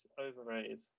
overrated